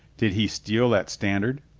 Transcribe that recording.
did he steal that standard?